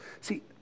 See